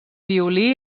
violí